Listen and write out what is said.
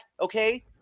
okay